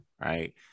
right